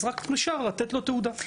אז רק נשאר לתת לו תעודה.